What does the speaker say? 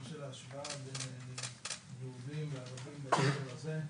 של ההשוואה בין יהודים וערבים בהקשר הזה.